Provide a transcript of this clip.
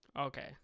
Okay